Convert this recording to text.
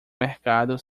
mercado